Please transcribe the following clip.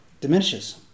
diminishes